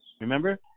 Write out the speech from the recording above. Remember